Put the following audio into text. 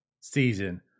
season